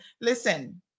Listen